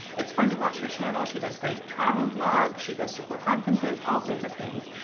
it's fun to watch her channel. she does great travel vlogs, she goes to cool conferences, all sorts of things.